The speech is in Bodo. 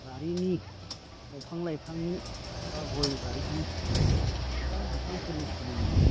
बारिनि दंफां लाइफां बा गय बारिनि बा बिफांफोरनि सोमोन्दै